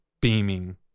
beaming